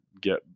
get